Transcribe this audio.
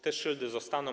Te szyldy zostaną.